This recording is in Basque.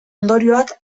ondorioak